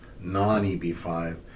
non-EB5